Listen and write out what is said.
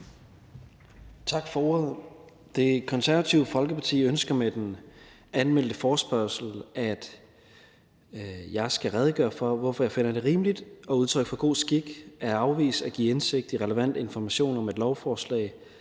Tak for ordet. Det Konservative Folkeparti ønsker med den anmeldte forespørgsel, at jeg skal redegøre for, hvorfor jeg finder det rimeligt og udtryk for god skik at afvise at give indsigt i relevante informationer om et lovforslag